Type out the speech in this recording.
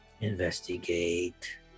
Investigate